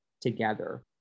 together